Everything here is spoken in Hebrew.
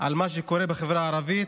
על מה שקורה בחברה הערבית,